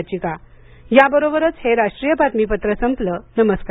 याबरोबरच हे राष्ट्रीय बातमीपत्र संपलं नमस्कार